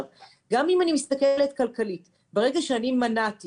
גם אם אני מסתכלת כלכלית, ברגע שאני מנעתי